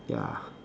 ya